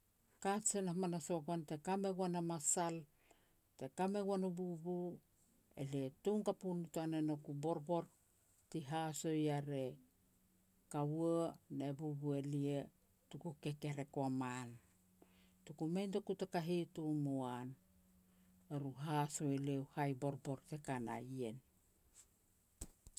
Te kajen hamanas ua goan, te ka me goan a masal, te ka me goan u bubu, elia tom kapu nitoa ne nouk u borbor ti haso ya re kaua ne bubu elia tuku kekerek ua man. Tuku mei notuku taka hitom u an, eru haso elia u hai borbor teka na ien.